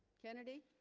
kennedy